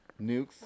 Nukes